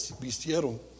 vistieron